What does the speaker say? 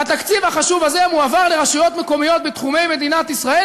והתקציב החשוב הזה מועבר לרשויות מקומיות בתחומי מדינת ישראל,